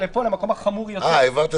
העברתי את זה למקום החמור יותר.